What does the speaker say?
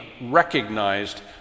recognized